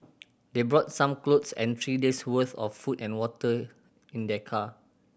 they brought some clothes and three days' worth of food and water in their car